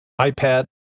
iPad